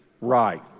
Right